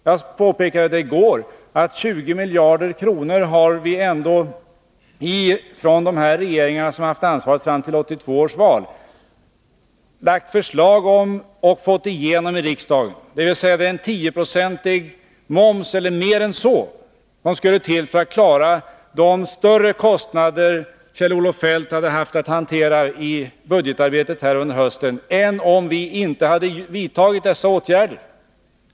Jag påpekade i går att vi ändå, från de regeringar som har haft ansvar fram till 1982 års val, har lagt fram förslag om 20 miljarder kronor — och fått igenom dessa förslag i riksdagen. En 10-procentig moms — eller mer än så — skulle till för att klara de större kostnader Kjell-Olof Feldt hade haft att hantera i budgetarbetet här under hösten, om vi inte hade vidtagit dessa åtgärder.